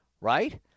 right